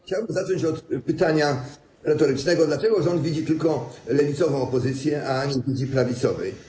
Chciałbym zacząć od pytania retorycznego: Dlaczego rząd widzi tylko lewicową opozycję, a nie widzi prawicowej?